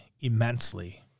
immensely